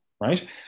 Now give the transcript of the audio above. right